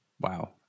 wow